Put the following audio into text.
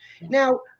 now